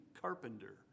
carpenter